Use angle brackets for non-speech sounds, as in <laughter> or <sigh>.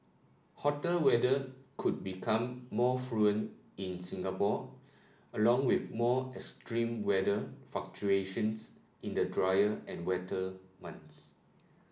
hotter weather could become more <unintelligible> in Singapore along with more extreme weather fluctuations in the drier and wetter months